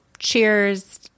Cheers